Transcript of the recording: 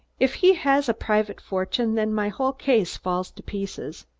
if he has a private fortune, then my whole case falls to pieces.